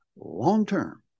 long-term